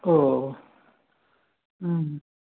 ओ